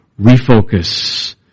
refocus